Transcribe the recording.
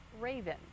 raven